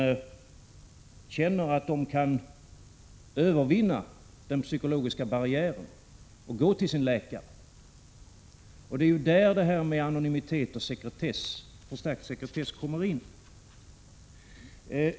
1986/87:50 känner att de kan övervinna den psykologiska barriären och gå till sin läkare, 16 december 1986 och det är där anonymiteten och den förstärkta sekretessen kommer in.